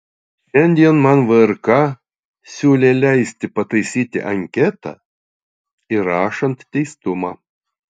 šiandien man vrk siūlė leisti pataisyti anketą įrašant teistumą